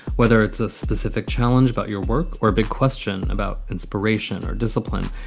whether it's a specific challenge about your work or big question about inspiration or discipline.